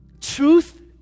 truth